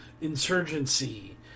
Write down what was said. insurgency